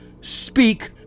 speak